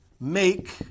make